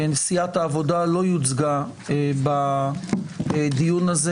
סיעת העבודה לא יוצגה בדיון הזה.